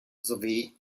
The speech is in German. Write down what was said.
sowie